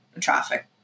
traffic